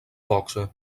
boxa